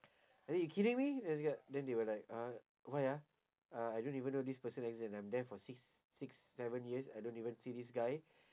I say you kidding me this guy then they were like ah why ah uh I don't even know this person exist and I'm there for six six seven years I don't even see this guy